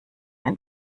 ein